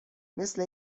مثل